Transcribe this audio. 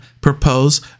propose